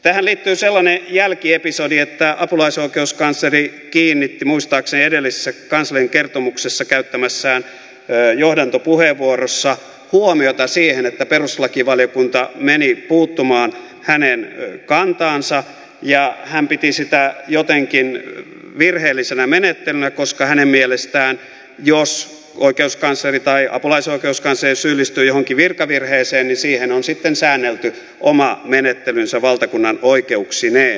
tähän liittyy sellainen jälkiepisodi että apulaisoikeuskansleri kiinnitti muistaakseni edellisessä kanslerin kertomuksessa käyttämässään johdantopuheenvuorossa huomiota siihen että perustuslakivaliokunta meni puuttumaan hänen kantaansa ja hän piti sitä jotenkin virheellisenä menettelynä koska hänen mielestään jos oikeuskansleri tai apulaisoikeuskansleri syyllistyy johonkin virkavirheeseen niin siihen on sitten säännelty oma menettelynsä valtakunnanoikeuksineen